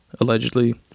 allegedly